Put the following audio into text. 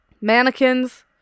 Mannequins